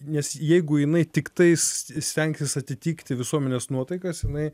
nes jeigu jinai tiktais stengtis atitikti visuomenės nuotaikas jinai